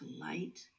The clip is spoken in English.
light